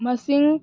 ꯃꯁꯤꯡ